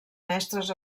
mestres